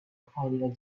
finding